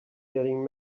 getting